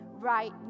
right